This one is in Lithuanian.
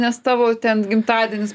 nes tavo ten gimtadienis